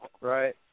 Right